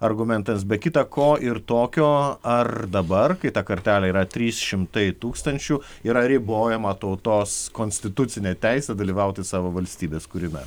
argumentams be kita ko ir tokio ar dabar kai ta kartelė yra trys šimtai tūkstančių yra ribojama tautos konstitucinė teisė dalyvauti savo valstybės kūrime